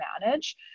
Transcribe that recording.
manage